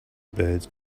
birds